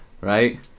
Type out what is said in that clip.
right